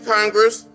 Congress